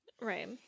Right